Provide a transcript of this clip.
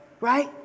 right